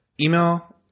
Email